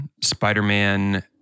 Spider-Man